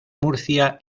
murcia